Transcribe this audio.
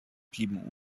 blieben